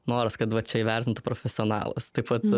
noras kad va čia įvertintų profesionalas taip pat